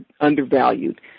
undervalued